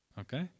Okay